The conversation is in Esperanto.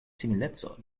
simileco